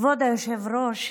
כבוד היושב-ראש,